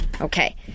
Okay